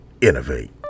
innovate